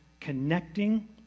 connecting